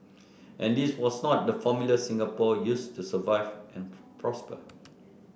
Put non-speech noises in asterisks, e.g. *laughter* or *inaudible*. and this was not the formula Singapore used to survive and *noise* prosper